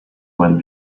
web